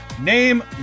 Name